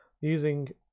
using